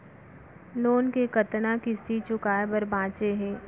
Loan के कतना किस्ती चुकाए बर बांचे हे?